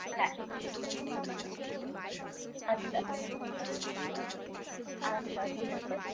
হ্যাঁ আচ্ছা আচ্ছা ঠিক আছে